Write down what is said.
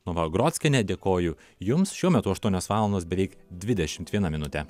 novagrockiene dėkoju jums šiuo metu aštuonios valandos beveik dvidešimt viena minutė